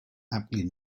aptly